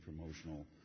promotional